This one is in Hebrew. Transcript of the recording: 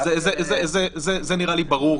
זה נראה לי ברור,